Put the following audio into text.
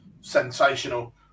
sensational